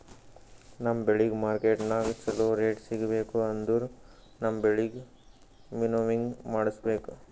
ನಮ್ ಬೆಳಿಗ್ ಮಾರ್ಕೆಟನಾಗ್ ಚೋಲೊ ರೇಟ್ ಸಿಗ್ಬೇಕು ಅಂದುರ್ ನಮ್ ಬೆಳಿಗ್ ವಿಂನೋವಿಂಗ್ ಮಾಡಿಸ್ಬೇಕ್